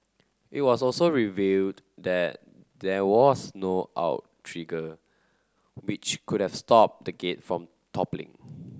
it was also revealed that there was no outrigger which could have stopped the gate from toppling